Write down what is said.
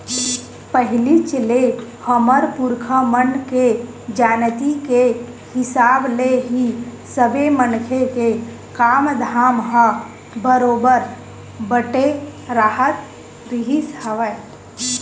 पहिलीच ले हमर पुरखा मन के जानती के हिसाब ले ही सबे मनखे के काम धाम ह बरोबर बटे राहत रिहिस हवय